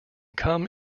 come